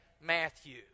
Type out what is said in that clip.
Matthew